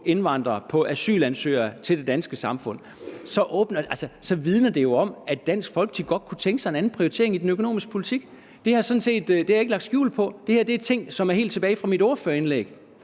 indvandrere og på asylansøgere i det danske samfund, giver det jo sig selv, at Dansk Folkeparti godt kunne tænke sig en anden prioritering i den økonomiske politik. Det har jeg ikke lagt skjul på. Det her er ting, som jeg sagde helt tilbage i mit ordførerindlæg.